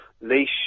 Leash